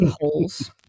holes